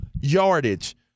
yardage